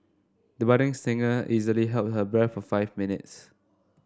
the budding singer easily held her breath for five minutes